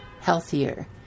healthier